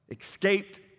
escaped